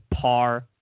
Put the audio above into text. par